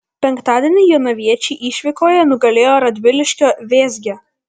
penktadienį jonaviečiai išvykoje nugalėjo radviliškio vėzgę